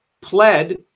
pled